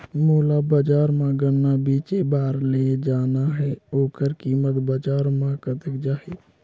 मोला बजार मां गन्ना बेचे बार ले जाना हे ओकर कीमत बजार मां कतेक जाही?